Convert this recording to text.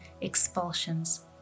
expulsions